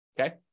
okay